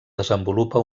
desenvolupa